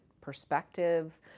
perspective